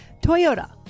Toyota